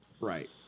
right